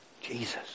Jesus